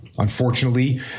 Unfortunately